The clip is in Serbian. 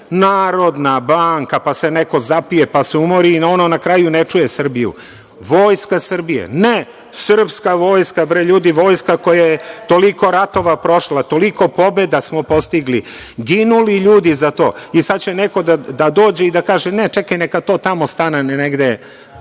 Narodna banka, pa se neko zapije, pa se umori i ono na kraju ne čuje Srbiju. Vojska Srbije. Ne, srpska vojska, bre ljudi, vojska koja je toliko ratova prošla. Toliko pobeda smo postigli, ginuli ljudi za to i sad će neko da dođe i da kaže – ne, čekaj neka tamo stane negde. Kako